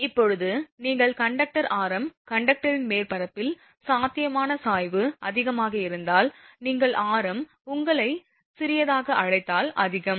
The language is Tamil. இப்போது நீங்கள் கண்டக்டர் ஆரம் கண்டக்டரின் மேற்பரப்பில் சாத்தியமான சாய்வு அதிகமாக இருந்தால் நீங்கள் ஆரம் உங்களை சிறியதாக அழைத்தால் அதிகம்